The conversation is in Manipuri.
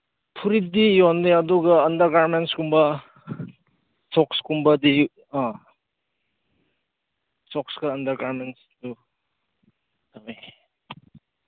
ꯐꯨꯔꯤꯠꯇꯤ ꯌꯣꯟꯗꯦ ꯑꯗꯨꯒ ꯑꯟꯗꯔꯒꯥꯔꯃꯦꯟꯁꯒꯨꯝꯕ ꯁꯣꯛꯁꯀꯨꯝꯕꯗꯤ ꯑ ꯁꯣꯛꯁꯀ ꯑꯟꯗꯔꯒꯥꯔꯃꯦꯟꯁꯇꯨ ꯂꯩ